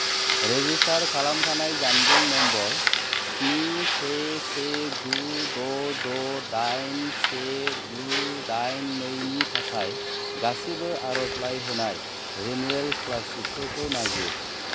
register खालामखानाय जानबुं number स्नि से से गु द' द' डाइन से गु डाइन नैनि थाखाय गासिबो आरजलाइ होनाय रेनुयेल स्कुलारशिपफोरखौ नागिर